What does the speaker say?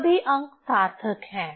सभी अंक सार्थक हैं